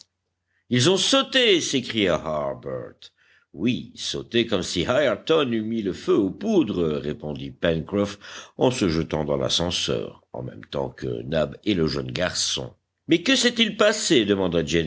ils ont sauté s'écria harbert oui sauté comme si ayrton eût mis le feu aux poudres répondit pencroff en se jetant dans l'ascenseur en même temps que nab et le jeune garçon mais que s'est-il passé demanda